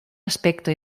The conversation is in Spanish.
aspecto